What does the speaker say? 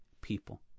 people